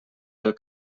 del